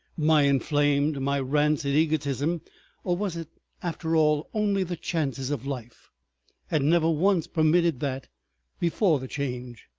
my inflamed, my rancid egotism or was it after all only the chances of life had never once permitted that before the change.